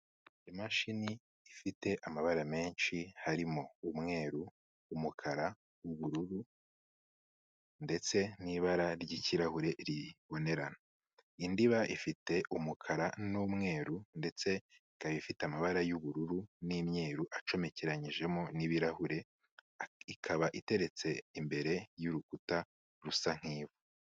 Imashini ifite amabara menshi arimo umweru. umukara, ubururu ndetse n'ibara ry'ikirahure ribonerana, indiba ifite umukara n'umweru ndetse ikaba ifite amabara y'ubururu n'umweruru acomekeranyijemo n'ibirahure, ikaba iteretse imbere y'urukuta rusa nk'ivu.